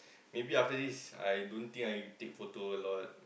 maybe after this I don't think I take photo a lot